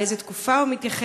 3. לאיזו תקופה הוא מתייחס?